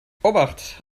obacht